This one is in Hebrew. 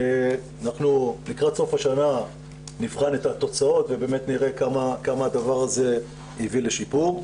אנחנו לקראת סוף השנה נבחן את התוצאות ונראה כמה הדבר הזה הביא לשיפור.